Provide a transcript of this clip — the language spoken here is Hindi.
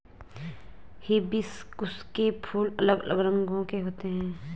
हिबिस्कुस के फूल अलग अलग रंगो के होते है